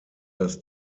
das